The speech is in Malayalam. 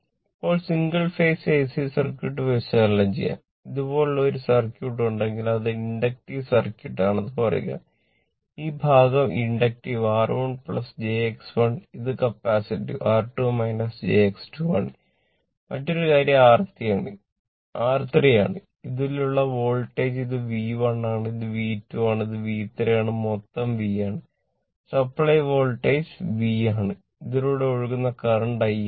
ഇപ്പോൾ സിംഗിൾ ഫേസ് സർക്യൂട്ട് V ആണ് ഇതിലൂടെ ഒഴുകുന്ന കറന്റ് I ആണ്